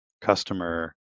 customer